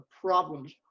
problems